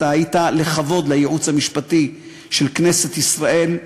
היית לכבוד לייעוץ המשפטי של כנסת ישראל.